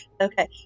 Okay